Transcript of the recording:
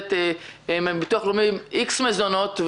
מקבלת מן הביטוח הלאומי X מזונות,